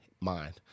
mind